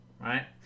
right